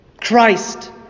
Christ